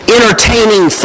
Entertaining